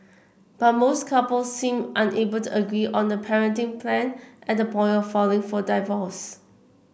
but most couples seemed unable to agree on the parenting plan at the point of filing for divorce